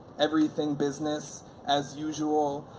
everything, business as usual.